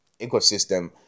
ecosystem